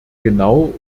genau